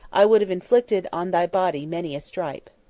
i would have inflicted on thy body many a stripe.